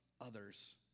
others